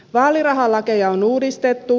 vaalirahalakeja on uudistettu